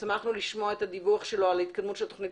שמחנו לשמוע את הדיווח שלו על התקדמות התוכנית